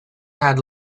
had